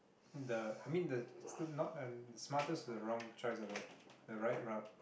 the I mean the not the smartest to the wrong choice but the right route